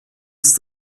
ist